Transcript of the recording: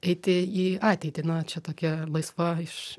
eiti į ateitį na čia tokia laisva iš